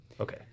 Okay